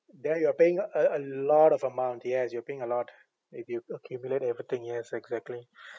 there you are paying uh a a lot of amount yes you are paying a lot if you accumulate everything yes exactly